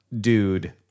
dude